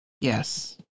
Yes